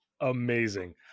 Amazing